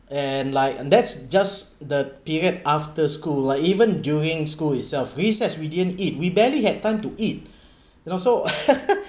and like and that's just the period after school or even during school itself recess within it we barely had time to eat you know so